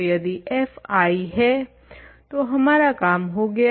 तो यदि f I है तो हमारा काम हो गया